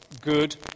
good